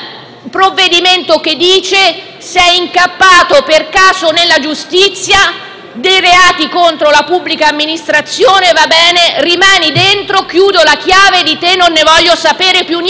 un provvedimento che dice «sei incappato per caso nella giustizia dei reati contro la pubblica amministrazione, va bene, rimani dentro, chiudo con la chiave e di te non ne voglio sapere più niente».